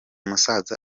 musaza